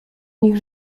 nich